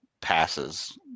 passes